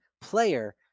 player